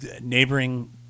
neighboring